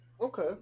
Okay